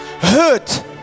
hurt